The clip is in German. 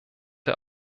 der